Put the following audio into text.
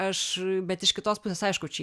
aš bet iš kitos pusės aišku čia